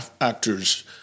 actors